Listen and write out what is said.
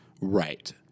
Right